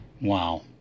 Wow